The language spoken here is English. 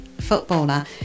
footballer